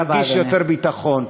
נרגיש יותר ביטחון.